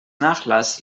nachlass